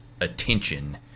attention